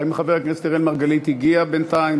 האם חבר הכנסת אראל מרגלית הגיע בינתיים?